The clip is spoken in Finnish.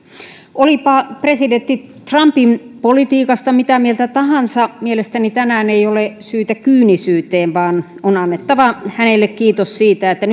olipa presidentti trumpin politiikasta mitä mieltä tahansa mielestäni tänään ei ole syytä kyynisyyteen vaan on annettava hänelle kiitos siitä että